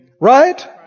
Right